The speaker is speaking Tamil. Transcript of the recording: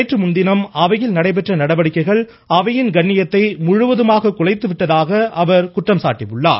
நேற்று முன்தினம் அவையில் நடைபெற்ற நடவடிக்கைகள் அவையின் கண்ணியத்தை முழுவதுமாக குலைத்து விட்டதாக அவர் குற்றம் சாட்டியுள்ளார்